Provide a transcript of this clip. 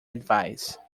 advice